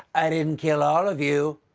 i didn't kill all of you.